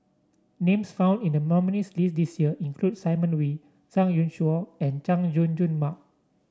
names found in the nominees' list this year include Simon Wee Zhang Youshuo and Chay Jung Jun Mark